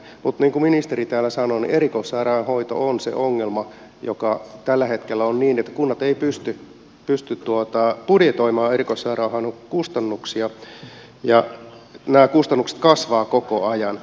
mutta niin kuin ministeri täällä sanoi erikoissairaanhoito on se ongelma joka tällä hetkellä on niin että kunnat eivät pysty budjetoimaan erikoissairaanhoidon kustannuksia ja nämä kustannukset kasvavat koko ajan